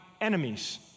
enemies